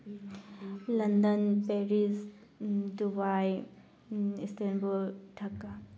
London Paris Dubai Istanbul Dhaka